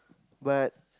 but